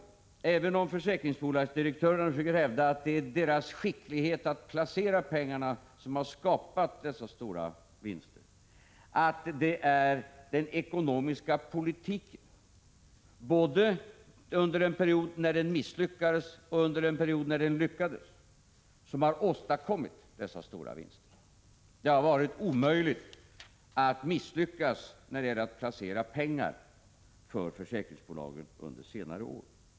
Även om försäkringsbolagens direktörer försöker hävda att det är deras skicklighet att placera pengar som har skapat dessa stora vinster, vill jag framhålla att det är den ekonomiska politiken både under den period då den misslyckades och under den period då den lyckades som har åstadkommit vinsterna. Under senare år har det varit omöjligt för försäkringsbolagen att misslyckas med sina penningplaceringar.